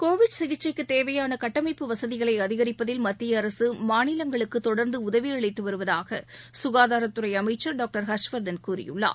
Covid சிகிச்சைக்குத் தேவையாள கட்டமைப்பு வசதிகளை அதிகரிப்பதில் மத்திய அரசு மாநிலங்களுக்கு தொடர்ந்து உதவி அளித்து வருவதாக மத்திய க்காதாரத்துறை அமைச்சர் டாக்டர் ஹர்ஷ்வர்தன் கூறியுள்ளார்